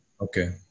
Okay